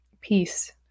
peace